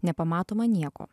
nepamatoma nieko